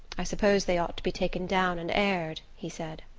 i suppose they ought to be taken down and aired, he said.